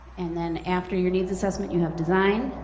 and then after your needs assessment, you have design.